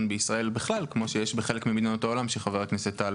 בישראל בכלל כפי שיש בחלק ממדינות העולם שחבר הכנסת טל